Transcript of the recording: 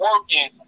working